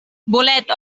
bolet